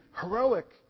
heroic